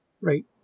right